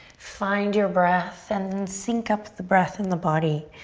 find your breath and then sync up the breath and the body.